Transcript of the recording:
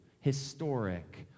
historic